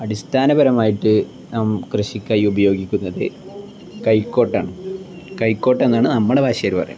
അടിസ്ഥാനപരമായിട്ട് കൃഷിക്കായിട്ട് ഉപയോഗിക്കുന്നത് കൈക്കോട്ടാണ് കൈക്കോട്ടെന്നാണ് നമ്മുടെ ഭാഷയിൽ പറയുക